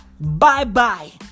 bye-bye